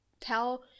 tell